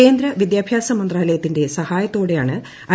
കേന്ദ്ര വിദ്യാഭ്യാസ മന്ത്രാ്ലയത്തിന്റെ സഹായത്തോടെയാണ് ഐ